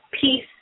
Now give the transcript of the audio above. peace